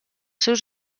seus